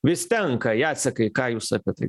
vis tenka jacekai ką jūs apie tai